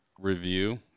review